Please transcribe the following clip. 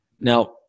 Now